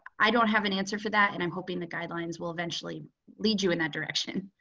i don't have an answer for that. and i'm hoping the guidelines will eventually lead you in that direction.